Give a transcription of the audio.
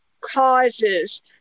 causes